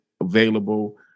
available